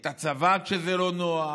את הצבא, כשזה לא נוח,